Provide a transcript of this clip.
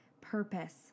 purpose